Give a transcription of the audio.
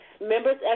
Members